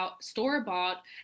store-bought